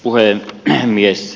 arvoisa puhemies